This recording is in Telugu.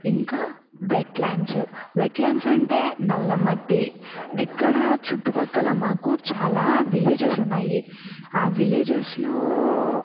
ఇంకా వెట్ ల్యాండ్స్ వెట్ ల్యాండ్స్ అంటే నల్లమట్టి ఇక్కడ చుట్టుపక్కల మాకు చాలా విలేజెస్ ఉన్నాయి ఆ విలేజెస్లో